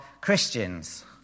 Christians